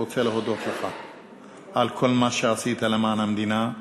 רוצה להודות לך על כל מה שעשית למען המדינה.